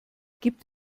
gibt